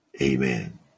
Amen